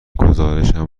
گزارشم